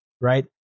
right